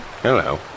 Hello